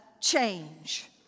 change